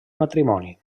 matrimoni